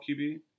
QB